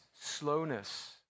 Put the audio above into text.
slowness